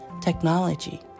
technology